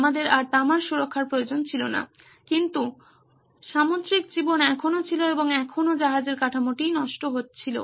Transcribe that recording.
আমাদের আর তামার সুরক্ষার প্রয়োজন ছিল না কিন্তু সামুদ্রিক জীবন এখনও ছিল এবং এখনও জাহাজের কাঠামোটি নষ্ট হচ্ছিল